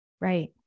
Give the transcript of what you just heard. Right